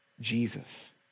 Jesus